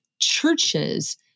churches